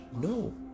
No